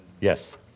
Yes